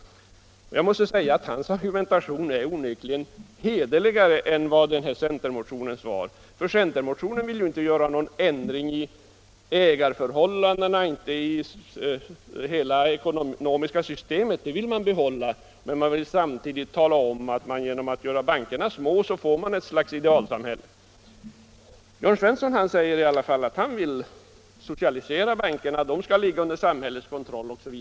Jörn Svenssons argumentation är onekligen hederligare än den som finns i centermotionen. Centermotionärerna vill inte åstadkomma någon ändring av ägarförhållandena eller av det ekonomiska systemet, men de säger att genom att göra affärsbankerna små så får man ett idealsamhälle. Jörn Svensson säger att han vill socialisera bankerna — de skall ligga under samhällets kontroll.